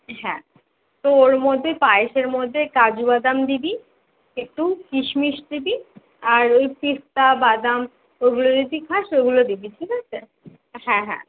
হ্যাঁ তো ওর মধ্যে পায়েসের মধ্যে কাজু বাদাম দিবি একটু কিশমিশ দিবি আর ওই পেস্তা বাদাম ওগুলো যদি খাস ওগুলো দিবি ঠিক আছে হ্যাঁ হ্যাঁ